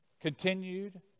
continued